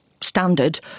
standard